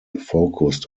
focused